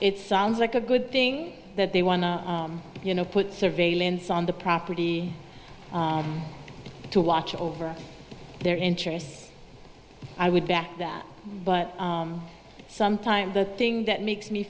it sounds like a good thing that they want to you know put surveillance on the property to watch over their interests i would back that but sometimes the thing that makes me